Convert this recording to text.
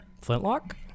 Flintlock